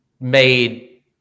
made